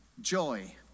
joy